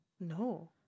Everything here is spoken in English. No